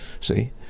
See